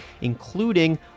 including